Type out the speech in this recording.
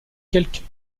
quelques